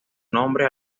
nombre